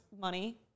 money